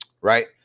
right